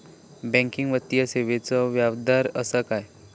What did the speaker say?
Banking वित्तीय सेवाचो व्याजदर असता काय?